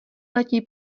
letí